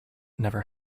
never